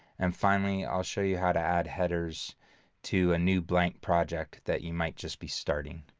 and finally, i'll show you how to add headers to a new blank project that you might just be starting.